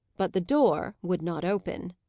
but the door would not open.